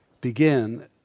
begin